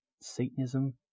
Satanism